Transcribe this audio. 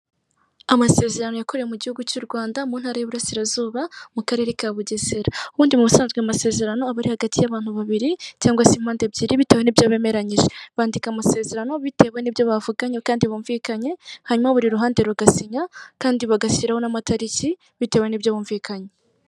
Amasezerano yakorewe mu Gihugu cy'u Rwanda mu Ntara y'Iburasirazuba, mu Karere ka Bugesera. Ubundi mu busanzwe amasezerano aba ari hagati y'abantu babiri cyangwa se impande ebyiri bitewe n'ibyo bemeranyije. Bandika amasezerano bitewe n'ibyo bavuganye kandi bumvikanye, hanyuma buri ruhande bagasinya kandi bagashyiraho n'amatariki bitewe n'ibyo bumvikanye.